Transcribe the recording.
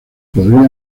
podrían